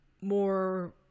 more